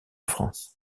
france